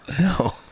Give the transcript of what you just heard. No